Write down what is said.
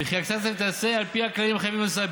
"וכי הקצאת הכספים תיעשה על פי הכללים המחייבים במשרד"